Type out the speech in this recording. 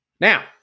Now